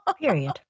Period